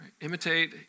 Imitate